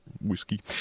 whiskey